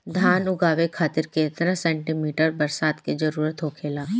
धान उगावे खातिर केतना सेंटीमीटर बरसात के जरूरत होखेला?